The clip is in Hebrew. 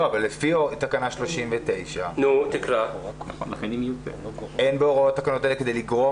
אבל לפי תקנה 39 אין בהוראות תקנות אלה כדי לגרוע